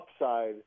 upside